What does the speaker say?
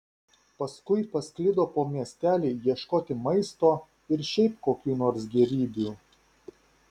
paskui pasklido po miestelį ieškoti maisto ir šiaip kokių nors gėrybių